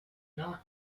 not